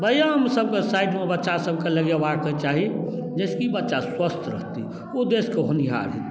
व्यायाम सबके साइडमे बच्चासबके लगेबाके चाही जाहिसँकि बच्चा स्वस्थ रहतै ओ देशके होनहार हेतै बच्चा